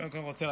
יפה, הוא נעלב.